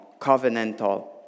covenantal